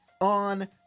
on